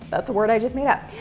that's the word i just made up.